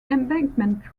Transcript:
embankment